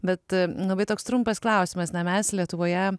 bet labai toks trumpas klausimas na mes lietuvoje